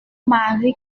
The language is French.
mari